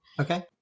Okay